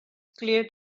clear